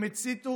הם הציתו